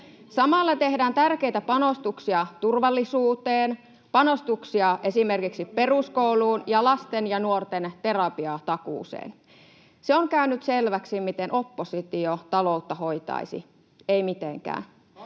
Samalla tehdään tärkeitä panostuksia turvallisuuteen, panostuksia esimerkiksi peruskouluun ja lasten ja nuorten terapiatakuuseen. Se on käynyt selväksi, miten oppositio taloutta hoitaisi — ei mitenkään.